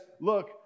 look